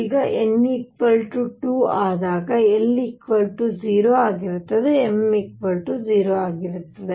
ಈಗ n 2 ಆದಾಗ l 0 ಆಗಿರುತ್ತದೆ m 0 ಆಗಿರುತ್ತದೆ